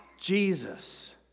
Jesus